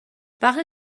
وقتی